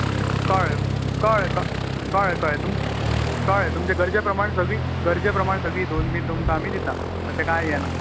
कळ्ळें कळ्ळें क कळ्ळें कळ्ळें तुम कळ्ळें तुमचे गरजे प्रमाण सगळी गरजे प्रमाण सगळीं धुवन बी दिता तशें कांय हे ना